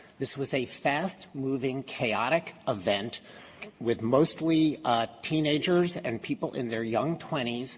this was a fast-moving-chaotic event with mostly teenagers and people in their young twenty s,